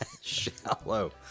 Shallow